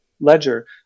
ledger